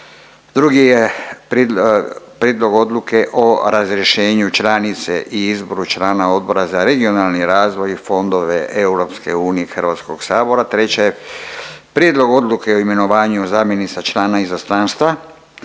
drugi je Prijedlog odluke o razrješenju članice i izboru člana Odbora za regionalni razvoj i fondove EU HS-a, treća je Prijedlog odluke o imenovanju zamjenice člana Izaslanstva